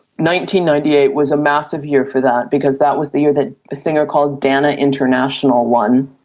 ninety ninety eight was a massive year for that because that was the year that singer called dana international won,